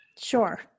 Sure